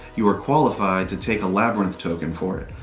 you are qualified to take a labyrinth token for it.